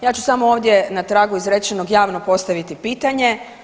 Ja ću samo ovdje na tragu izrečenog javnog postaviti pitanje.